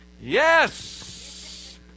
Yes